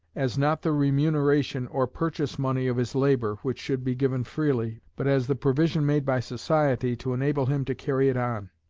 as not the remuneration or purchase-money of his labour, which should be given freely, but as the provision made by society to enable him to carry it on,